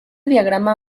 diagrama